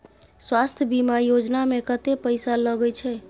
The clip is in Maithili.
स्वास्थ बीमा योजना में कत्ते पैसा लगय छै?